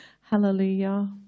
Hallelujah